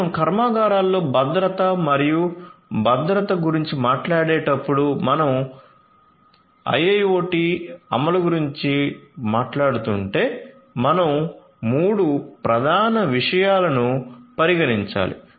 మనం కర్మాగారాలలో భద్రత మరియు భద్రత గురించి మాట్లాడేటప్పుడు మనం IIoT అమలు గురించి మాట్లాడుతుంటే మనం 3 ప్రధాన విషయాలు పరిగణించాలి